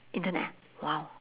internet !wow!